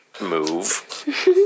move